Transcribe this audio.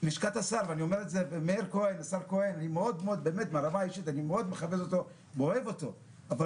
ברמה האישית אני מאוד מכבד ואוהב את השר מאיר כהן.